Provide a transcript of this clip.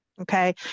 Okay